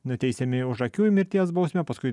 nuteisiami už akių mirties bausme paskui